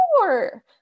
sure